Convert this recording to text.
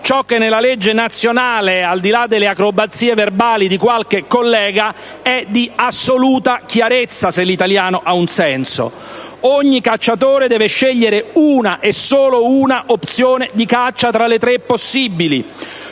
ciò che nella legge nazionale, al di là delle acrobazie verbali di qualche collega, è di assoluta chiarezza, se l'italiano ha un senso: ogni cacciatore deve scegliere una e solo una opzione di caccia tra le tre possibili;